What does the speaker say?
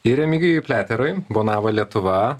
ir remigijui pleteriui bonavo lietuva